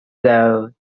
though